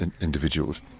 individuals